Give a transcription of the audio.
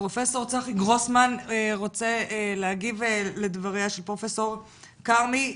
פרופ' צחי גרוסמן רוצה להגיב לדבריה של פרופ' כרמי.